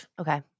Okay